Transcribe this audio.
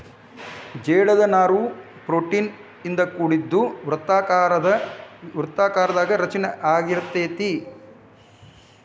ಜೇಡದ ನಾರು ಪ್ರೋಟೇನ್ ಇಂದ ಕೋಡಿದ್ದು ವೃತ್ತಾಕಾರದಾಗ ರಚನೆ ಅಗಿರತತಿ